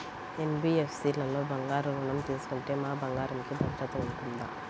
NBFC లలో బంగారు ఋణం తీసుకుంటే మా బంగారంకి భద్రత ఉంటుందా?